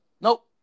nope